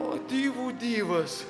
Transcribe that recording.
o dyvų dyvas